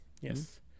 Yes